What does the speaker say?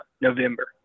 November